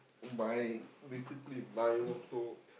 by basically by motor